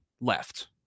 left